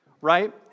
right